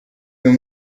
uyu